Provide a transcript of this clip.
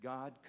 God